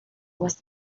was